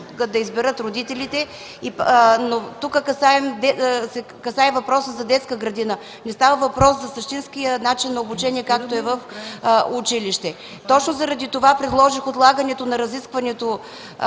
да изберат родителите. Тук въпросът касае детската градина, не става въпрос за същинския начин на обучение, както е в училище. Точно заради това предложих отлагането на разискването